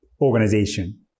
organization